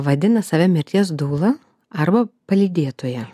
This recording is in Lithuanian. vadina save mirties dūla arba palydėtoja